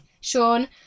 Sean